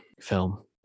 film